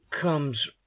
comes